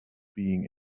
being